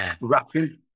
rapping